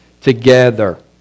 together